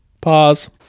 Pause